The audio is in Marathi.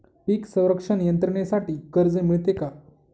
पीक संरक्षण यंत्रणेसाठी कर्ज मिळते का?